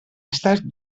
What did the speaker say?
estat